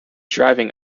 driving